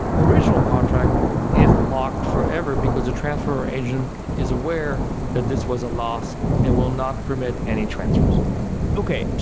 original contract is locked forever because the transfer agent is aware that this was a loss and will not permit any transfers okay.